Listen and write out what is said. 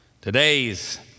Today's